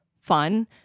fun